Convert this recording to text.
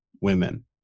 women